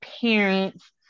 parents